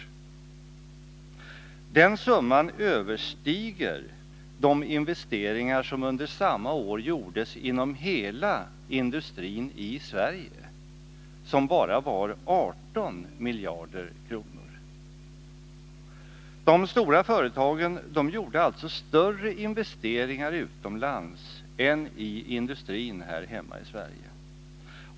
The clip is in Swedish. Den summan överstiger de investeringar som under samma år gjordes inom hela industrin i Sverige, som bara var 18 miljarder kronor. De stora företagen gjorde alltså större investeringar utomlands än i industrin här hemma i Sverige.